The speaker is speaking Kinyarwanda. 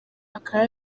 akaba